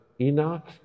Enoch